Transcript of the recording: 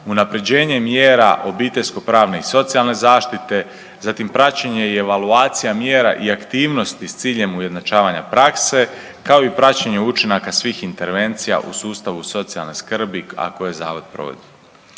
unaprjeđenje mjera obiteljsko-pravne i socijalne zaštite, zatim praćenje i evaluacija mjera i aktivnosti s ciljem ujednačavanja prakse, kao i praćenje učinaka svih intervencija u sustavu socijalne skrbi, a koje Zavod provodi.